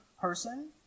person